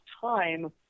time